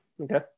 okay